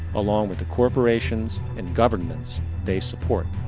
along with the corporations and governments they support.